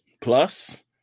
plus